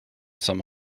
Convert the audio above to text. some